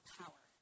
power